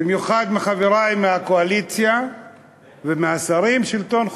במיוחד חברי מהקואליציה והשרים: שלטון חוק.